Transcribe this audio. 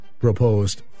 proposed